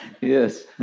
Yes